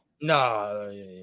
No